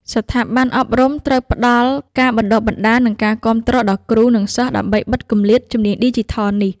ស្ថាប័នអប់រំត្រូវផ្តល់ ការបណ្តុះបណ្តាល និងការគាំទ្រ ដល់គ្រូ និងសិស្សដើម្បីបិទគម្លាតជំនាញឌីជីថលនេះ។